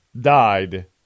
died